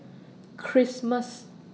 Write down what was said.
Christmas